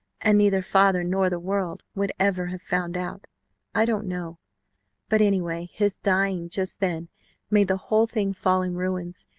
and neither father nor the world would ever have found out i don't know but anyway, his dying just then made the whole thing fall in ruins,